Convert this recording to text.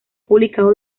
publicado